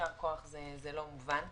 יישר כוח, זה לא מובן מאליו.